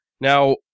Now